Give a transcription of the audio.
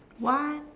what